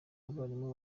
abarimu